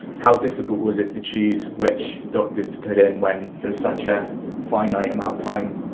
how difficult was it to choose which doctors to put in, when there's such a finite amount of time?